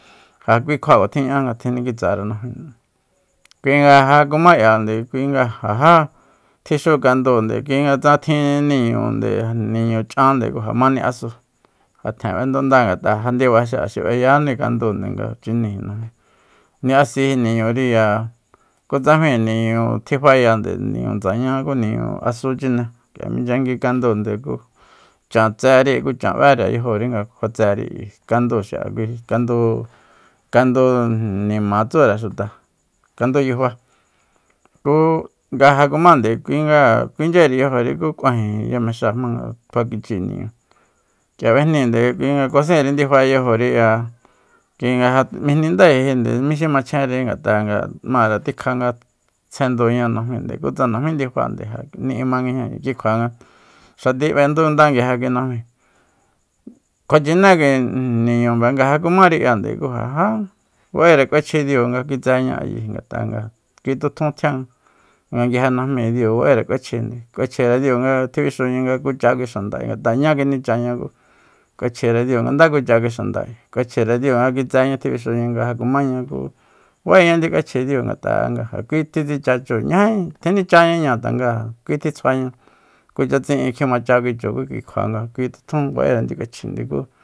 Ja kui kjua kuatjiña'a nga tjinikitsare najmíi kuinga ja kumá k'iande kuinga ja já tjixú kandúunde kuinga tsa tjin niñunde niñu ch'ande ku ja ma ni'asu ja tjen b'endunda ngat'a ja ndiba xi'a xi b'eyáni kandunde nga chiníi najmi niasi niñuriya kutsamíi niñu tjifayande niñu ndsaña ku niñu asu chine minchyagui kandunde ku chan tseri ku chan b'ére yajori nga kjua tseri ayi kandu xi'a kandu- kandu ijin nima tsúre xuta kandu yufa ku nga ja kumande kuinga nga ja kuinchyeri yajori ku k'uaje ya mexáa jmanga kjua kichíi niñu k'ia b'ejníinde kui nga kuaséenri ndifa yajoriya kuinga ja mijnindáe jínde mí xi machenri ngat'a nga máre tikja nga tsjenduña najminde ku tsa najmí ndifande ja nde ni'i maña kikjua xati b'endunda nguije kui najmi kuachiné kui ijin niñumbe nga ja kumári k'ia nde ku ja já ba'ére k'uechji diu nga ja kitseña ngat'a nga kui tjutjun tjian nga nguije najmi diu ba'ére k'uechji k'uéchjire diu nga tjibixuña nga kucha kui xanda ngat'a ñá kinichaña k'uechjire diu nga dá kucha kui xanda ayi k'uechjire diu nga kitseña tjibixuña nga ja kumáña ku ba'éña nik'uechji diu ngat'a nga ja kui tjitsicha chu ñájí tjinichañañáa tanga kui tji tsjuaña kucha tsi'in kimacha kui chu ku ki kjua nga kui tjun ba'ere nik'uechji ku